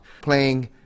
playing